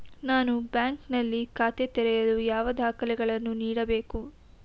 ನಾನು ಬ್ಯಾಂಕ್ ನಲ್ಲಿ ಖಾತೆ ತೆರೆಯಲು ಯಾವ ದಾಖಲೆಗಳನ್ನು ನೀಡಬೇಕು?